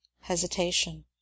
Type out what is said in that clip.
hesitation